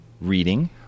reading